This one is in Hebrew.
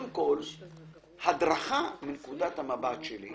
קודם כול שהדרכה, מנקודת המבט שלי,